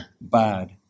bad